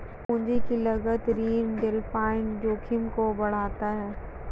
पूंजी की लागत ऋण डिफ़ॉल्ट जोखिम को बढ़ाता है